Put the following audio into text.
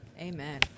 Amen